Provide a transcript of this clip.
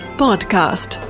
podcast